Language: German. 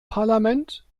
parlament